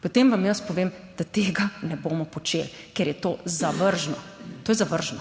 potem vam jaz povem, da tega ne bomo počeli, ker je to zavržno. To je zavržno.